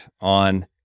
on